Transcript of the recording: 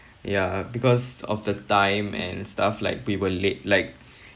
ya because of the time and stuff like we were late like